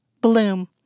Bloom